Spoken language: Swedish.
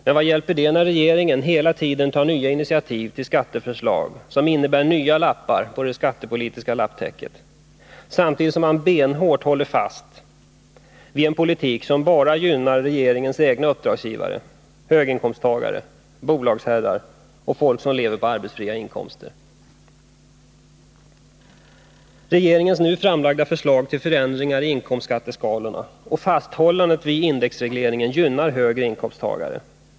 Men vad hjälper det, när regeringen hela tiden tar nya initiativ till skatteförslag som innebär nya lappar i det skattepolitiska lapptäcket, samtidigt som man benhårt håller fast vid en politik som bara gynnar regeringens egna uppdragsgivare: höginkomsttagare, bolagsherrar och folk som lever av arbetsfria inkomster? Regeringens nu framlagda förslag till förändringar i inkomstskatteskalorna och fasthållandet vid indexregleringen gynnar högre inkomsttagare.